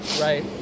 Right